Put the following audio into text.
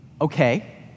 Okay